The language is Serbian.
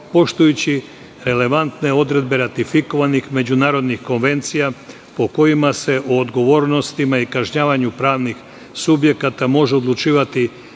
poštujući relevantne odredbe ratifikovanih međunarodnih konvencija, po kojima se o odgovornostima i kažnjavanju pravnih subjekata može odlučivati